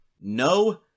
No